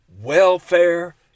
welfare